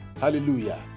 Hallelujah